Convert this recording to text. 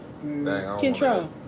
control